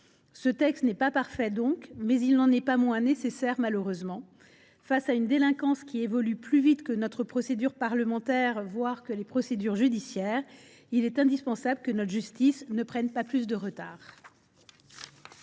ce texte n’est pas parfait, il n’en est pas moins nécessaire, malheureusement. Face à une délinquance qui évolue plus vite que notre procédure parlementaire et que les procédures judiciaires, il est indispensable que notre justice ne prenne pas plus de retard.